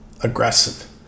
aggressive